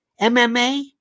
MMA